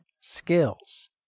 skills